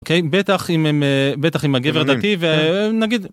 כן בטח אם הם בטח עם הגבר דתי ונגיד.